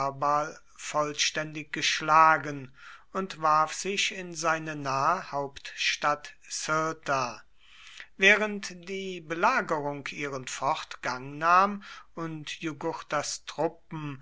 vollständig geschlagen und warf sich in seine nahe hauptstadt cirta während die belagerung ihren fortgang nahm und jugurthas truppen